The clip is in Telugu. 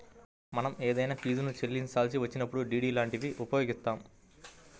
మనం ఏదైనా ఫీజుని చెల్లించాల్సి వచ్చినప్పుడు డి.డి లాంటివి ఉపయోగిత్తాం